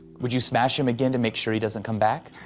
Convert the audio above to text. would you smash him again to make sure he doesn't come back?